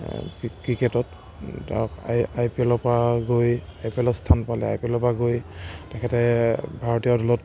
কি ক্ৰিকেটত তেওঁ আই পি এলৰ পৰা গৈ আই পি এলত স্থান পালে আই পি এলৰ পৰা গৈ তেখেতে ভাৰতীয় দলত